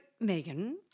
Megan